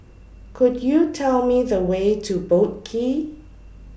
Could YOU Tell Me The Way to Boat Quay